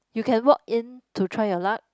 you can walk in to try your luck